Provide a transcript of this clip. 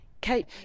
Kate